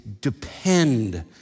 depend